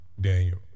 Daniel